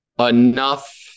enough